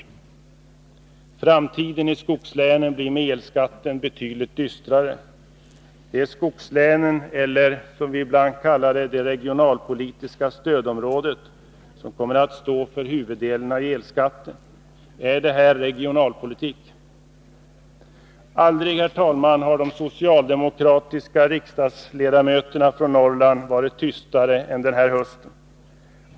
16 december 1982 Framtiden i skogslänen blir betydligt dystrare. Det är skogslänen eller, som vi ibland kallar dem, det regionalpolitiska stödområdet som kommer att stå för huvuddelen av elskatten. Är detta regionalpolitik? Aldrig, herr talman, har de socialdemokratiska riksdagsledamöterna från Norrland varit tystare än denna höst.